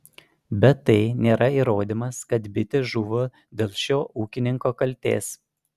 bet tai nėra įrodymas kad bitės žuvo dėl šio ūkininko kaltės